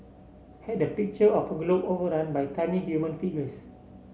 had the picture of a globe overrun by tiny human figures